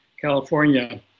California